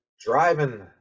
driving